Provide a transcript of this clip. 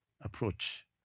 approach